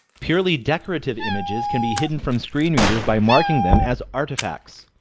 purely decorative images can be hidden from screen readers by marking them as artifacts.